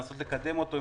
לנסות לקדם אותו,